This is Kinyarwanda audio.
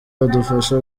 badufasha